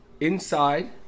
Inside